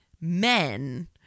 men